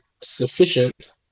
sufficient